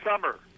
summer